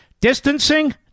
Distancing